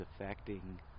affecting